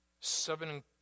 seven